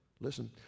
listen